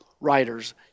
writers